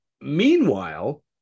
meanwhile